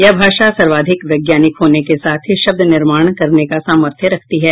यह भाषा सर्वाधिक वैज्ञानिक होने के साथ ही शब्द निर्माण करने का सामर्थ्य रखती है